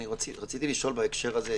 רציתי לשאול בהקשר הזה.